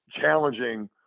challenging